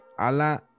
ala